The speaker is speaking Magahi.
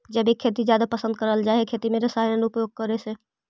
जैविक खेती जादा पसंद करल जा हे खेती में रसायन उपयोग करे से